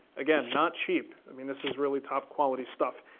again, not cheap, i mean this is really top quality stuff,